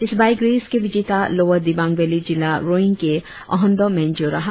इस bike race के विजेता लवर दिवांग वैली जिला रोईंग के अहोन्दो मेन्जो रहा